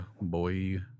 boy